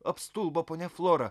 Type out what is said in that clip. apstulbo ponia flora